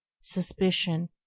suspicion